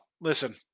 Listen